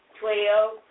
twelve